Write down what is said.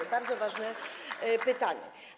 To bardzo ważne pytanie.